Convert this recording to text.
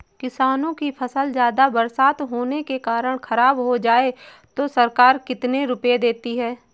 किसानों की फसल ज्यादा बरसात होने के कारण खराब हो जाए तो सरकार कितने रुपये देती है?